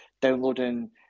downloading